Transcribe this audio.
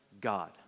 God